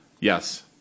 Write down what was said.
Yes